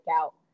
out